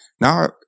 Now